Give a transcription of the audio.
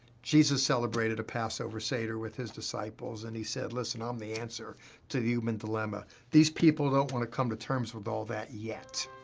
jesus celebrated a passover seder with his disciples, and he said, listen, i'm um the answer to the human dilemma. these people don't wanna come to terms with all that yet,